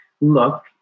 look